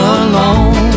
alone